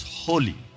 holy